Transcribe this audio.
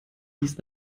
dies